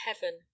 heaven